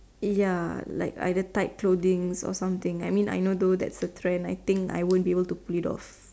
ya like the tight clothing or something I mean I know though that's a trend I think I won't be able to pull it off